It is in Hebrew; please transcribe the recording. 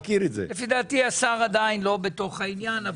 השר, לפי דעתי, עדיין לא בתוך העניין.